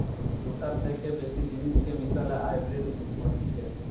দুটার থেকে বেশি জিনিসকে মিশালে হাইব্রিড হতিছে